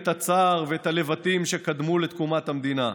את הצער ואת הלבטים שקדמו לתקומת המדינה.